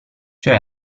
cioè